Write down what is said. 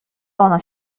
ona